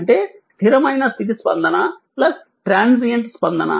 అంటే స్థిరమైన స్థితి స్పందన ట్రాన్సియంట్ స్పందన